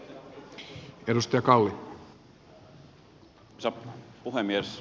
arvoisa puhemies